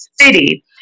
city